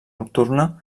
nocturna